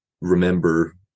remember